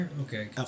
Okay